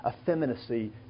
Effeminacy